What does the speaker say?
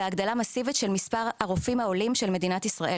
והגדלה מסיבית של מספר הרופאים העולים של מדינת ישראל,